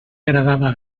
agradava